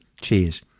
Cheers